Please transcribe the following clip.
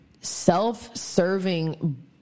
self-serving